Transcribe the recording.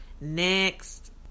next